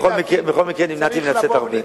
בכל מקרה, נמנעתי מלצאת הרבה.